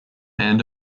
end